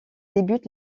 débute